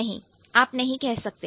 नहीं आप नहीं कह सकते